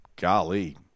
golly